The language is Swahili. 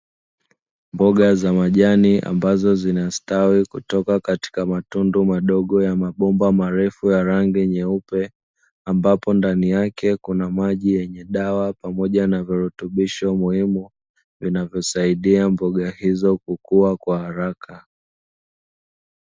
Mboga za majani ambazo zinastawi kutoka katika matundu madogo ya mabomba marefu ya rangi nyeupe, ambapo ndani yake kuna maji yenye dawa na virutubisho muhimu zinzosaidia mboga hizo kukua kwa haraka.